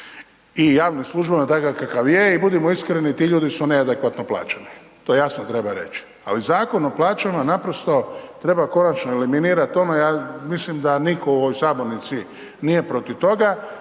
i javnim službama takav kakav je i budimo iskreni ti ljudi su neadekvatno plaćeni, to jasno treba reći. Ali Zakon o plaćama naprosto treba konačno eliminirat tome, ja mislim da nitko u ovoj sabornici nije protiv toga,